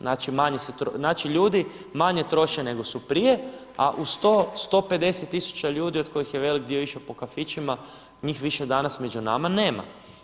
Znači ljudi manje troše nego su prije, a uz to 150 tisuća ljudi od kojih je velik dio išao po kafićima njih više danas među nama nema.